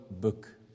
book